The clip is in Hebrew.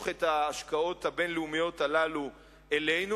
את ההשקעות הבין-לאומיות האלה אלינו.